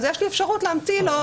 יש לי אפשרות להמתין.